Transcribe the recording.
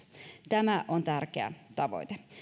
tämä on tärkeä tavoite